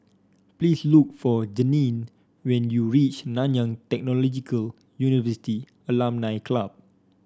please look for Jeannine when you reach Nanyang Technological University Alumni Club